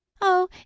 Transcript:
Oh